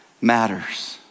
matters